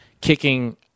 kicking –